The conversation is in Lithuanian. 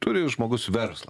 turi žmogus verslą